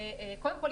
קודם כל,